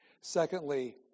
Secondly